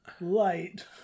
light